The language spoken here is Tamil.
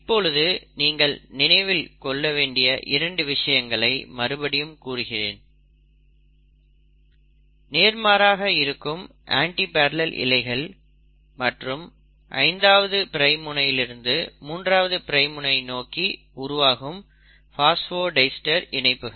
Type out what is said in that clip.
இப்பொழுது நீங்கள் நினைவு கொள்ள வேண்டிய இரண்டு விஷயங்களை மறுபடியும் கூறுகிறேன் நேர்மாறாக இருக்கும் அண்டிபரலெல் இழைகள் மற்றும் 5ஆவது பிரைம் முனையிலிருந்து 3ஆவது பிரைம் முனை நோக்கி உருவாகும் பாஸ்போடைஸ்டர் இணைப்புகள்